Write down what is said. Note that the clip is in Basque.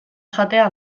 jatea